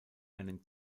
einen